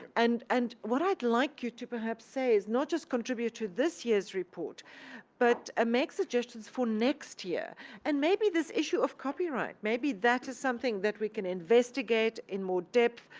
and and what i would like you to perhaps say is not just contribute to this year's report but make suggestions for next year and maybe this issue of copyright, maybe that is something that we can investigate in more depth,